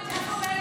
איפה בן גביר?